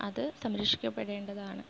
അത് സംരക്ഷിക്കപ്പെടേണ്ടതാണ്